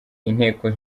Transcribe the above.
inteko